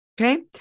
Okay